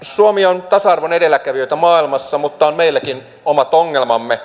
suomi on tasa arvon edelläkävijöitä maailmassa mutta on meilläkin omat ongelmamme